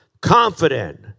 confident